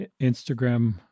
Instagram